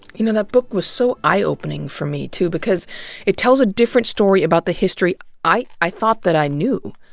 you know that book was so eye-opening for me, too, because it tells a different story about the history i i thought that i knew.